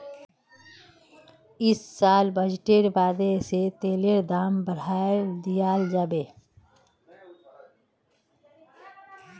इस साल बजटेर बादे से तेलेर दाम बढ़ाय दियाल जाबे